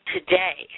Today